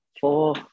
four